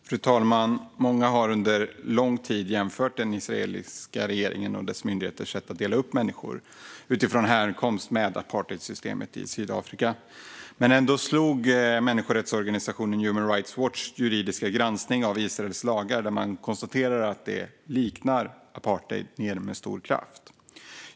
Fru talman! Många har under lång tid jämfört den israeliska regeringens och dess myndigheters sätt att dela upp människor utifrån härkomst med apartheidsystemet i Sydafrika. Ändå slog människorättsorganisationen Human Rights Watch juridiska granskning av Israels lagar, där man konstaterar att det liknar apartheid, ned med stor kraft.